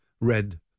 red